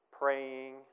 praying